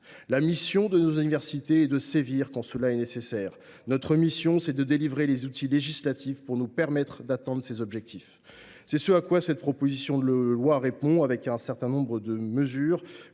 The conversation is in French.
La mission de nos universités est de sévir quand cela est nécessaire. Notre mission est de délivrer les outils législatifs pour nous permettre d’atteindre ces objectifs. C’est ce à quoi cette proposition de loi vise à répondre en déployant un certain nombre de mesures,